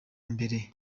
mbere